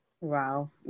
Wow